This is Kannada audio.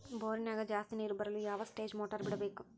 ಬೋರಿನ್ಯಾಗ ಜಾಸ್ತಿ ನೇರು ಬರಲು ಯಾವ ಸ್ಟೇಜ್ ಮೋಟಾರ್ ಬಿಡಬೇಕು?